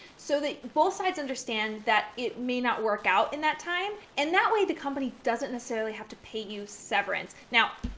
so that both sides understand that it may not work out in that time, and that way, the company doesn't necessarily have to pay you severance. now,